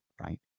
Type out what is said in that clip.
right